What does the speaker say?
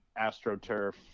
AstroTurf